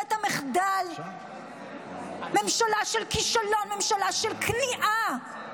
ממשלת המחדל, ממשלה של כישלון, ממשלה של כניעה,